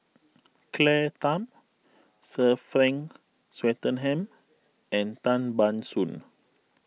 Claire Tham Sir Frank Swettenham and Tan Ban Soon